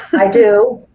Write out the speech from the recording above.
i do